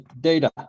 data